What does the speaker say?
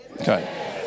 Okay